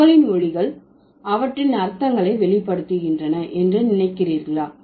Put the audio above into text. சொற்களின் ஒலிகள் அவற்றின் அர்த்தங்களை வெளிப்படுத்துகின்றன என்று நினைக்கிறீர்களா